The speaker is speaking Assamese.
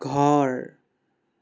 ঘৰ